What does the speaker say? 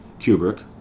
Kubrick